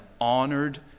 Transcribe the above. honored